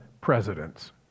presidents